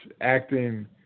acting